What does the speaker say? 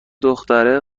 دختره